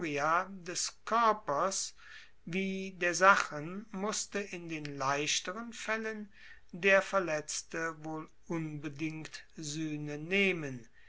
des koerpers wie der sachen musste in den leichteren faellen der verletzte wohl unbedingt suehne nehmen